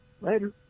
Later